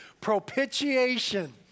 Propitiation